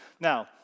Now